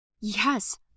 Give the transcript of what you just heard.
Yes